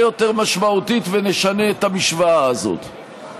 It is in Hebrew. יותר משמעותית ונשנה את המשוואה הזאת.